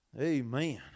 Amen